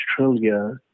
Australia